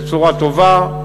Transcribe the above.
בצורה טובה,